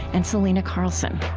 and selena carlson